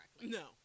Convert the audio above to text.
No